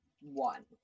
one